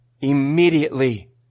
immediately